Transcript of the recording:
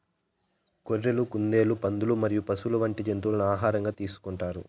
గొర్రెలు, కుందేళ్లు, పందులు మరియు పశువులు వంటి జంతువులను ఆహారంగా తీసుకుంటారు